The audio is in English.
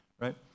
right